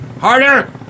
Harder